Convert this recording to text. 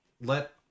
let